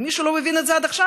אם מישהו לא מבין את זה עד עכשיו.